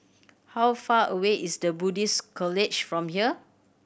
how far away is The Buddhist College from here